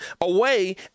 away